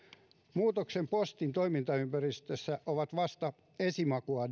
muutokset postin toimintaympäristössä ovat vasta esimakua